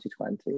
2020